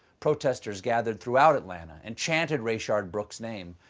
protesters gathered throughout atlanta and chanted rayshard brooks' name,